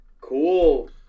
Cool